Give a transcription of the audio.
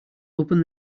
open